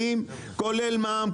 כולל מע"מ,